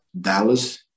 Dallas